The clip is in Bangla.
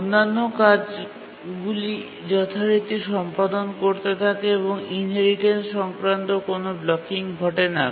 অন্যান্য কাজগুলি যথারীতি সম্পাদন করতে থাকে এবং ইনহেরিটেন্স সংক্রান্ত কোনও ব্লকিং ঘটে না